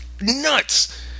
nuts